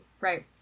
Right